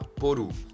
Poru